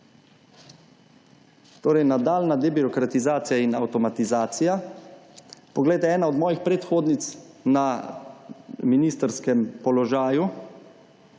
Torej nadaljnja debirokratizacija in avtomatizacija. Poglejte, ena od mojih predhodnic na ministrskem položaju